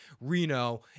Reno